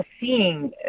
seeing